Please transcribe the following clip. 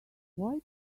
why